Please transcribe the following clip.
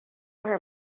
her